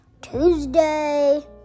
Tuesday